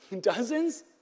Dozens